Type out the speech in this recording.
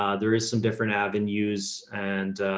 um there is some different avenues and,